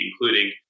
including